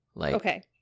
Okay